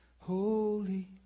Holy